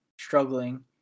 struggling